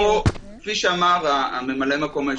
כפי שאמר ממלא מקום היושב-ראש,